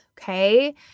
Okay